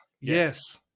Yes